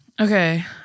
Okay